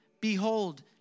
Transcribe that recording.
Behold